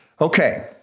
Okay